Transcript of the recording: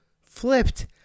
flipped